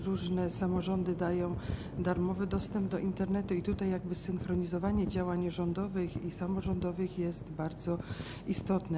Różne samorządy dają darmowy dostęp do Internetu i tutaj synchronizowanie działań rządowych i samorządowych jest bardzo istotne.